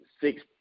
six